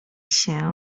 się